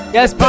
Yes